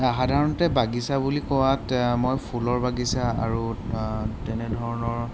সাধাৰণতে বাগিচা বুলি কোৱাত মই ফুলৰ বাগিচা আৰু তেনেধৰণৰ